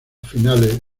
finales